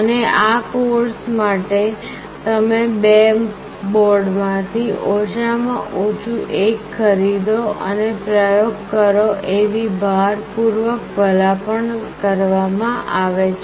અને આ કોર્સ માટે તમે બે બોર્ડમાંથી ઓછામાં ઓછું એક ખરીદો અને પ્રયોગો કરો એવી ભારપૂર્વક ભલામણ કરવામાં આવે છે